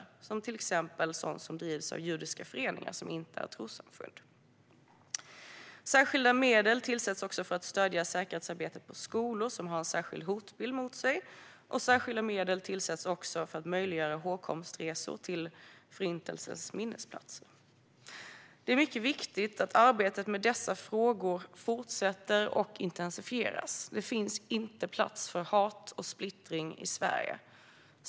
Detta gäller till exempel verksamhet som drivs av judiska föreningar som inte är trossamfund. Särskilda medel tillsätts för att stödja säkerhetsarbetet på skolor som har en särskild hotbild mot sig. Särskilda medel tillsätts också för att möjliggöra hågkomstresor till Förintelsens minnesplatser. Det är mycket viktigt att arbetet med dessa frågor fortsätter och intensifieras. Det finns inte plats för hat och splittring i Sverige.